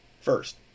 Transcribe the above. first